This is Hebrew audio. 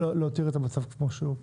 אנחנו רוצים להותיר את המצב כמו שהוא.